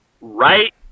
right